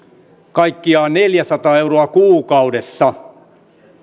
kaikkiaan neljäsataa euroa kuukaudessa